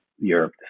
Europe